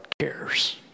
cares